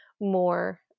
more